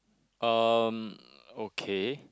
um okay